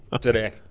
today